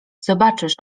zobaczysz